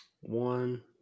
One –